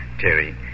Terry